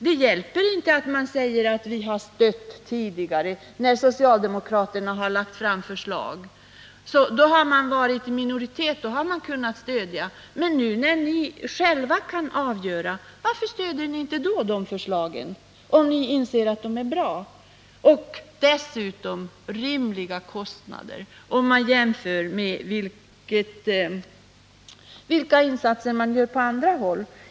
Det hjälper inte att man säger: Vi har tidigare stött förslag som socialdemokraterna lagt fram. Då har ni varit i minoritet, och då har vi kunnat stödja förslagen. Men nu, när ni kan avgöra saken, varför stöder ni inte dessa förslag, om ni inser att de är bra? Och dessutom rör det sig om rimliga kostnader, ifall man jämför med de insatser som görs på andra håll.